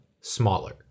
smaller